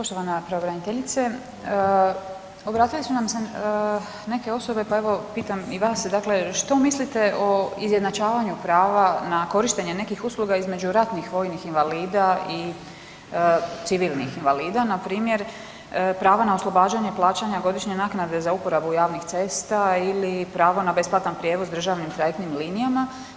Poštovana pravobraniteljice obratile su nam se neke osobe pa evo pitam i vas dakle što mislite o izjednačavanju prava na korištenje nekih usluga između ratnih vojnih invalida i civilnih invalida npr. prava na oslobađanje plaćanja godišnje naknade za uporabu javnih cesta ili pravo na besplatan prijevoz državnim trajektnim linijama.